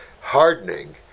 hardening